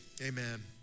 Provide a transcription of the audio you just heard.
amen